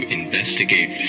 investigate